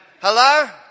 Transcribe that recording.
Hello